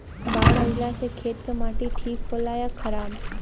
बाढ़ अईला से खेत के माटी ठीक होला या खराब?